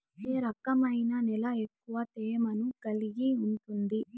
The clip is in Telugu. ఏ రకమైన నేల ఎక్కువ తేమను కలిగి ఉంటుంది?